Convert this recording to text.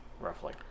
roughly